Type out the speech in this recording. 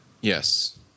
Yes